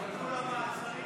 אני